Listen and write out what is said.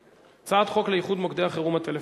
הצעת חוק לאיחוד מוקדי החירום הטלפוניים.